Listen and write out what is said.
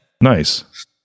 Nice